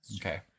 Okay